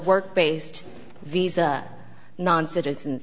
work based visa non citizen